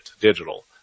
digital